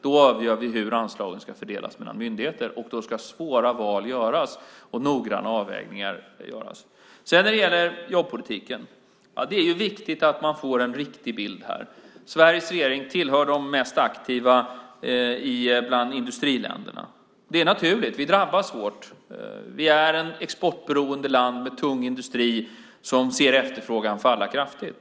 Då avgör vi hur anslaget ska fördelas mellan myndigheterna, och då ska svåra val och noggranna avvägningar göras. När det gäller jobbpolitiken är det viktigt att man får en riktig bild. Sveriges regering tillhör de mest aktiva bland industriländerna. Det är naturligt, vi drabbas hårt. Vi är ett exportberoende land med tung industri som ser efterfrågan falla kraftigt.